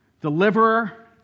deliverer